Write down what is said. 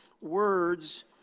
words